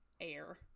air